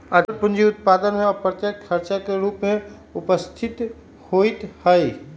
अचल पूंजी उत्पादन में अप्रत्यक्ष खर्च के रूप में उपस्थित होइत हइ